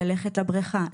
ללכת לבריכה,